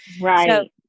Right